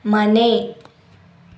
ಮನೆ